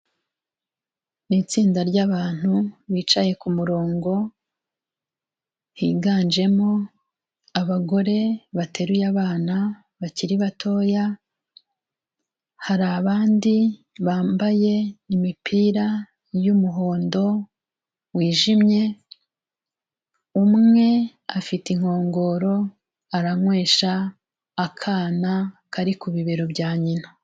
Ni itsinda ry'abantu bicaye ku murongo, higanjemo abagore bateruye abana bakiri batoya, hari abandi bambaye imipira y'umuhondo wijimye, umwe afite inkongoro, aranywesha akana kari ku bibero bya nyina.